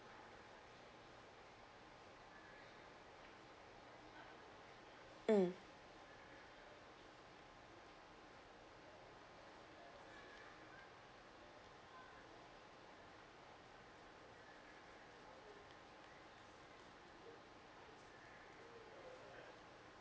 mm